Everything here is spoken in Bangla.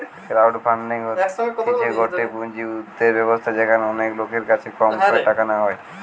ক্রাউড ফান্ডিং হতিছে গটে পুঁজি উর্ধের ব্যবস্থা যেখানে অনেক লোকের কাছে কম করে টাকা নেওয়া হয়